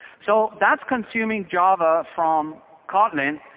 so that's consuming java from kotlin,